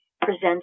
presents